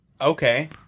okay